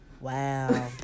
Wow